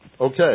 Okay